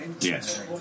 Yes